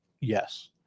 Yes